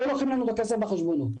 ולוקחים לנו את הכסף מן החשבונות.